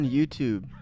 YouTube